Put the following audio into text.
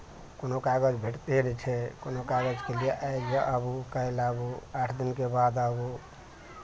कोनो कागज भेटते नहि छै कोनो कागजके लिए आइ आबू काल्हि आबू आठ दिनके बाद आबू